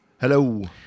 Hello